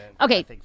Okay